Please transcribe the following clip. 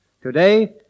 Today